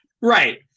Right